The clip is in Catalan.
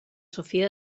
sofia